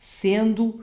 sendo